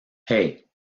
hey